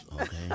okay